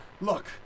Look